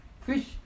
fish